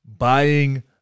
Buying